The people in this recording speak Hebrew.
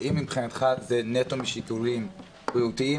האם מבחינתך זה נטו משיקולים בריאותיים